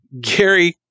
Gary